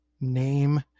name